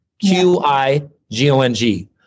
Q-I-G-O-N-G